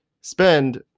spend –